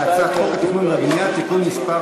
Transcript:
הצעת חוק התכנון והבנייה (תיקון מס'